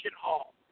hall